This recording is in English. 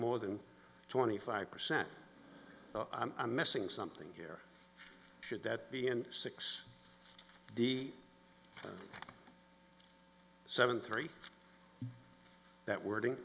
more than twenty five percent i'm missing something here should that be in six d seven three that wording